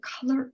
color